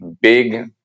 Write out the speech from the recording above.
big